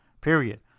Period